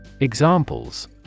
Examples